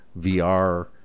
VR